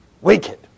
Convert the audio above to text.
wicked